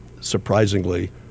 surprisingly